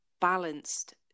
balanced